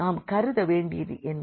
நாம் கருத வேண்டியது என்ன